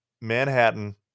Manhattan